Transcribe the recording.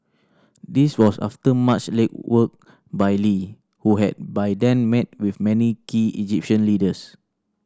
this was after much legwork by Lee who had by then met with many key Egyptian leaders